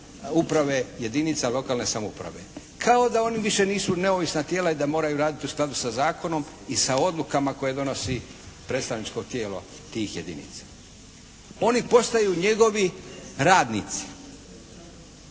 uprave jedinica lokalne samouprave, kao da oni više nisu neovisna tijela i da moraju raditi u skladu sa zakonom i sa odlukama koje donosi predstavničko tijelo tih jedinica. Oni postaju njegovi radnici.